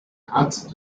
asked